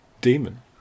demon